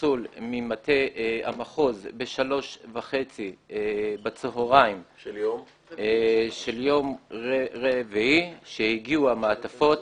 צלצול ממטה המחוז ב-15:30 בצהריים של יום רביעי שהגיעו המעטפות.